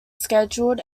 scheduled